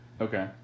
Okay